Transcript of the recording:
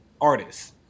artists